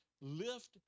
lift